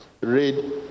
Read